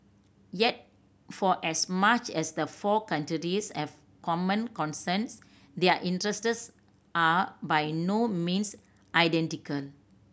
yet for as much as the four have common concerns their interests are by no means identical